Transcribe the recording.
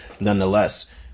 nonetheless